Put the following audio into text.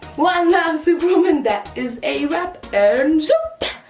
one love superwoman that is a wrap, and